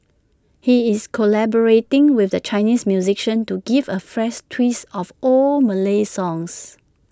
he is collaborating with A Chinese musician to give A fresh twist of old Malay songs